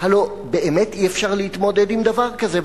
הלוא באמת אי-אפשר להתמודד עם דבר כזה.